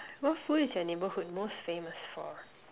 what food is your neighbourhood most famous for